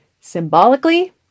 Symbolically